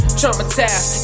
traumatized